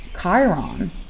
Chiron